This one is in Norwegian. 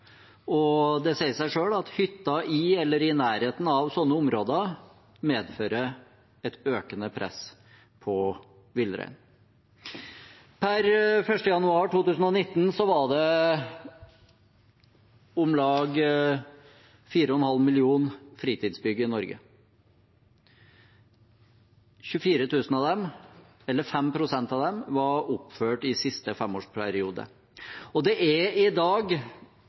og det sier seg selv at hytter i eller i nærheten av sånne områder medfører et økende press på villreinen. Per 1. januar 2019 var det om lag 4,5 millioner fritidsbygg i Norge. Av disse var 24 000, eller 5 pst., oppført i siste femårsperiode. Det er i dag